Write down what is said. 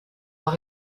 leur